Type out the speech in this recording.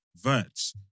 Verts